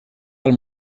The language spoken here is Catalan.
del